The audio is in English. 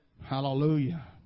Hallelujah